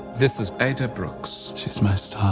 this is ada brooks, she's my star.